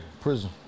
Prison